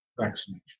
vaccination